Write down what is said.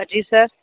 जी sir